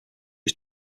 its